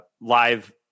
live